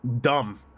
dumb